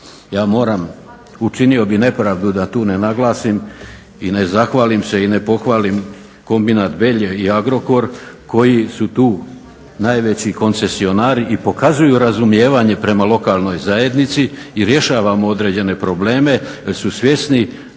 Ja moram, učinio bih nepravdu da tu ne naglasim i ne zahvalim se i ne pohvalim kombinat Belje i Agrokor koji su tu najveći koncesionari i pokazuju razumijevanje prema lokalnoj zajednici i rješavamo određene probleme, te su svjesni